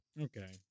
Okay